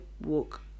walk